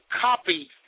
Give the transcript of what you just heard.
copy